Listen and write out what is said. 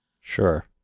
Sure